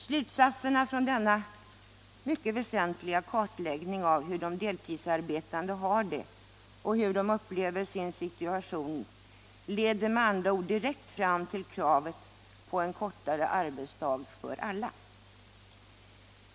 Slutsatserna av denna mycket väsentliga kartläggning av hur de deltidsarbetande har det och hur de upplever sin situation leder med andra ord direkt fram till kravet på kortare arbetsdag för alla.